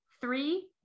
three